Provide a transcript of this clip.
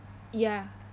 ya